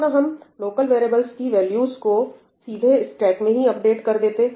क्यों न हम लोकल वैरियेबल्स की वैल्यूस को सीधे स्टेक में ही अपडेट कर देते